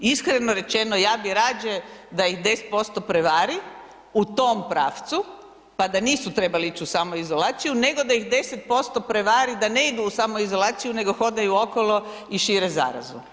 Iskreno rečeno ja bi rađe da ih 10% prevari u tom pravcu pa da nisu trebali ići u samoizolaciju nego da ih 10% prevari da ne idu u samoizolaciju nego hodaju okolo i šire zarazu.